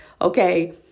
okay